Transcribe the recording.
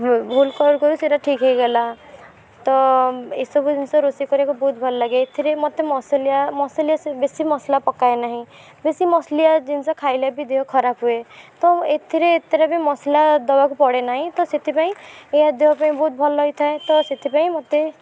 ଭୁଲ୍ କରୁ କରୁ ସେଇଟା ଠିକ୍ ହେଇଗଲା ତ ଏସବୁ ଜିନିଷ ରୋଷେଇ କରିବାକୁ ବହୁତ ଭଲ ଲାଗେ ଏଥିରେ ମୋତେ ମସଲିଆ ମସଲିଆ ସବୁ ବେଶୀ ମସଲା ପକାଏ ନାହିଁ ବେଶୀ ମସଲିଆ ଜିନିଷ ଖାଇଲେ ବି ଦେହ ଖରାପ ହୁଏ ତ ଏଥିରେ ଏଥିରେ ବି ମସଲା ଦେବାକୁ ପଡ଼େ ନାହିଁ ତ ସେଥିପାଇଁ ଏହା ଦେହ ପାଇଁ ବହୁତ ଭଲ ହେଇଥାଏ ତ ସେଥିପାଇଁ ମୋତେ